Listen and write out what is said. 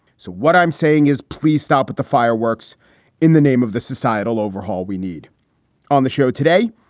so what i'm saying is, please stop at the fireworks in the name of. the societal overhaul we need on the show today,